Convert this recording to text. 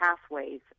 pathways